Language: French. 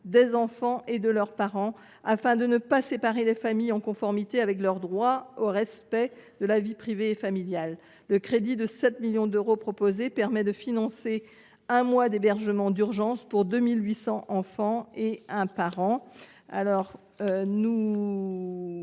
des enfants et de leurs parents, afin de ne pas séparer les familles, en conformité avec leur droit au respect de la vie privée et familiale. Cet amendement vise à prévoir 7 millions d’euros afin de financer un mois d’hébergement d’urgence pour 2 800 enfants et un parent.